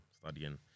studying